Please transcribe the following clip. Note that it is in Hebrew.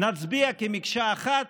נצביע כמקשה אחת,